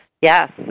Yes